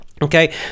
Okay